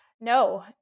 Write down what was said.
No